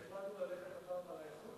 החלטנו ללכת הפעם יותר על האיכות,